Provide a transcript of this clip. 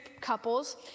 couples